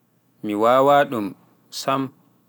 mi wawaa ɗum sam.